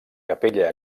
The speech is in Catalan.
capella